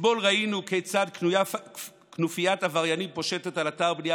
אתמול ראינו כיצד כנופיית עבריינים פושטת על אתר בנייה